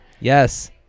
yes